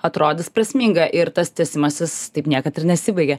atrodys prasminga ir tas tęsimasis taip niekad ir nesibaigė